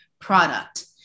product